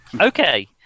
Okay